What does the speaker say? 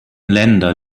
länder